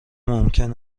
ممکن